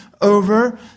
over